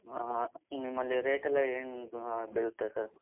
ನಿಮ್ಮಲ್ಲಿ ರೇಟ್ ಎಲ್ಲ ಏನು ಬೀಳುತ್ತೆ ಸರ್